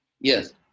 Yes